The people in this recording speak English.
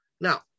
Now